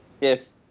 yes